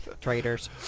Traitors